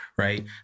right